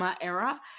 era